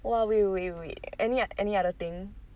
!wah! wait wait wait any any other thing